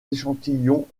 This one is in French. échantillons